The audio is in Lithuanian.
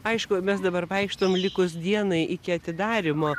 aišku mes dabar vaikštom likus dienai iki atidarymo